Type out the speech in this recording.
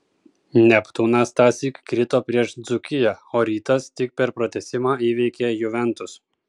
neptūnas tąsyk krito prieš dzūkiją o rytas tik per pratęsimą įveikė juventus